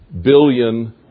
billion